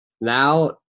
now